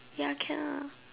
ya can lah